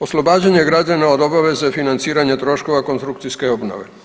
Oslobađanje građana od obaveze financiranja troškova konstrukcijske obnove.